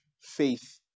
faith